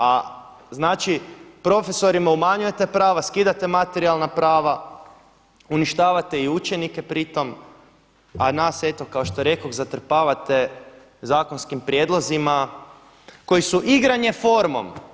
A znači profesorima umanjujete prava, skidate materijalne prava, uništavate i učenike pri tom, a nas eto kao što rekoh zatrpavate zakonskim prijedlozima koji su igranje formom.